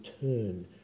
turn